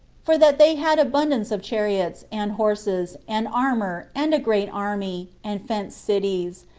for that they had abundance of chariots, and horses, and armor, and a great army, and fenced cities,